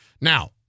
Now